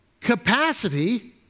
capacity